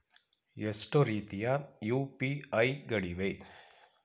ಎಷ್ಟು ರೀತಿಯ ಯು.ಪಿ.ಐ ಗಳಿವೆ?